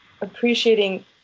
appreciating